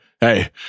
hey